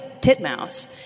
titmouse